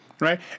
right